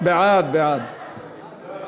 מה אנחנו מצביעים?